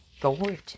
gorgeous